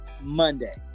Monday